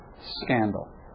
scandal